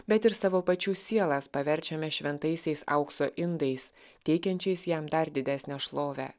bet ir savo pačių sielas paverčiame šventaisiais aukso indais teikiančiais jam dar didesnę šlovę